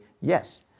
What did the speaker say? yes